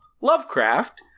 Lovecraft